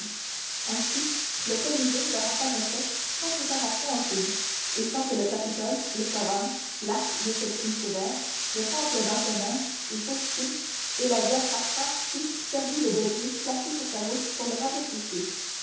ainsi le colisée leur apparaissait sans préparation aucune et sans que le capitole le forum l'arc de septime sévère le temple d'antonin et faustine et la via sacra eussent servi de degrés placés sur sa route pour le rapetisser